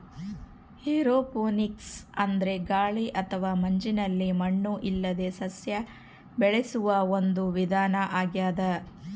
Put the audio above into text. aeroponics ಅಂದ್ರೆ ಗಾಳಿ ಅಥವಾ ಮಂಜಿನಲ್ಲಿ ಮಣ್ಣು ಇಲ್ಲದೇ ಸಸ್ಯ ಬೆಳೆಸುವ ಒಂದು ವಿಧಾನ ಆಗ್ಯಾದ